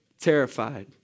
terrified